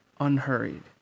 unhurried